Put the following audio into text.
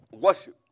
worship